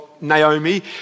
Naomi